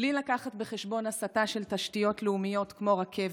בלי לקחת בחשבון הסטה של תשתיות לאומיות כמו רכבת,